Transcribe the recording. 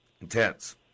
Intense